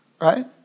Right